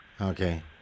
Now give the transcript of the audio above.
Okay